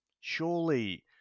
surely